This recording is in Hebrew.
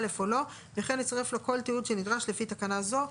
או לא וכן יצרף לה כל תיעוד שנדרש לפי תקנה זו.